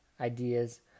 ideas